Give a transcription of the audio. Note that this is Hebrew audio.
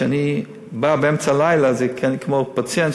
שכשאני בא באמצע הלילה זה כמו פציינט.